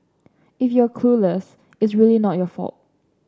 if you're clueless it's really not your fault